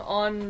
on